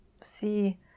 see